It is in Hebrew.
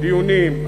דיונים,